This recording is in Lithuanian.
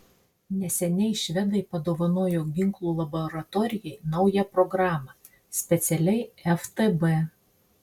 neseniai švedai padovanojo ginklų laboratorijai naują programą specialiai ftb